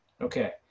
Okay